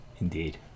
Indeed